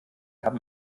haben